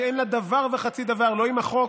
שאין לה דבר וחצי דבר לא עם החוק,